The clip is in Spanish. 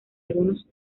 algunos